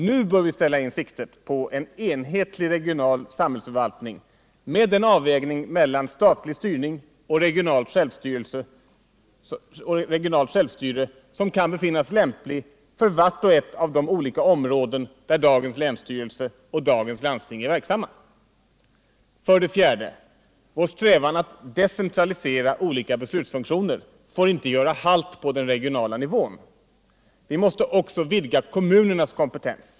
Nu bör vi ställa in siktet på en enhetlig regional samhällsförvaltning med den avvägning mellan statlig styrning och regional självstyrelse som kan befinnas lämplig för vart och ett av de olika områden där dagens länsstyrelse och dagens landsting är verksamma. 4. Vår strävan att decentralisera olika beslutsfunktioner får inte göra halt på den regionala nivån. Vi måste också vidga kommunernas kompetens.